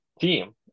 team